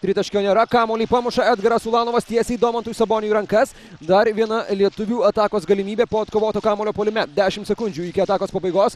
tritaškio nėra kamuolį pamuša edgaras ulanovas tiesiai domantui saboniui į rankas dar viena lietuvių atakos galimybė po atkovoto kamuolio puolime dešimt sekundžių iki atakos pabaigos